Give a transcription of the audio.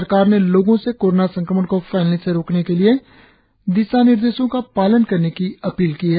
सरकार ने लोगो से कोरोना संक्रमण को फैलने से रोकने के लिए दिशानिर्देशों का पालन करने की अपील की है